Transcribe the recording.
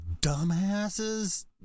dumbasses